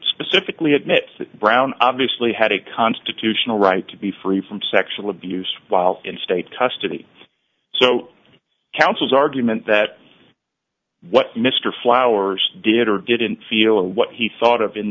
specifically admits that brown obviously had a constitutional right to be free from sexual abuse while in state custody so counsel's argument that what mr flowers did or didn't feel and what he thought of in